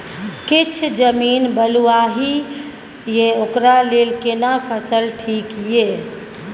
किछ जमीन बलुआही ये ओकरा लेल केना फसल ठीक ये?